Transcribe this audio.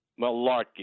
Malarkey